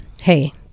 hey